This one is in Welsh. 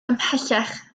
ymhellach